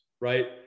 right